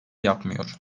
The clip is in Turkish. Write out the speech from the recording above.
yapmıyor